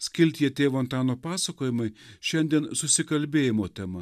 skiltyje tėvo antano pasakojimai šiandien susikalbėjimo tema